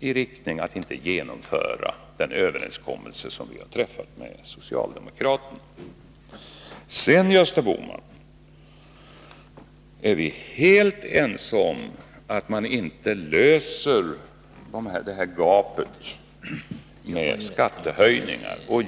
i riktning mot att vi inte skulle fullfölja den överenskommelse som vi har träffat med socialdemokraterna. Sedan, Gösta Bohman, är vi överens om att man inte klarar det här gapet med skattehöjningar.